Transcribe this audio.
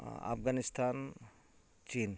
ᱟᱯᱷᱜᱟᱱᱤᱥᱛᱟᱱ ᱪᱤᱱ